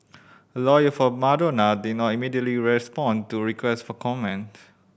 a lawyer for Madonna did not immediately respond to request for comment